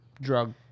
drug